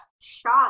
shot